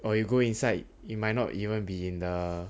or you go inside it might not even be in the